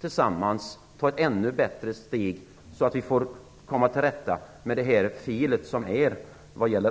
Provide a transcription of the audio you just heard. tillsammans ta ännu fler steg, så att vi kan komma till rätta med det fel som gjorts vad gäller